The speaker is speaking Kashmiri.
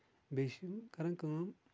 بیٚیہِ چھِ یِم کران کٲم